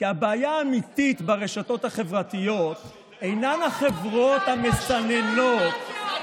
כי הבעיה האמיתית ברשתות החברתיות אינן החברות המסננות,